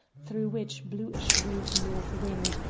through which blew a shrewd north wind,